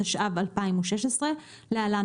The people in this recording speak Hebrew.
התשע"ו-2016 (להלן,